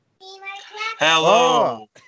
Hello